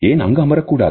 ஏன் அங்கு அமரக்கூடாது